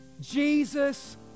Jesus